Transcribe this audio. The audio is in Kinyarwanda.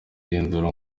igenzura